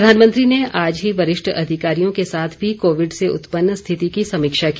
प्रधानमंत्री ने आज ही वरिष्ठ अधिकारियों के साथ भी कोविड से उत्पन्न स्थिति की समीक्षा की